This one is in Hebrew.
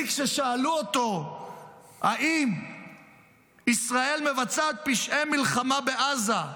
כששאלו אותו אם ישראל מבצעת פשעי מלחמה בעזה,